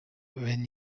wenn